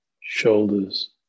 shoulders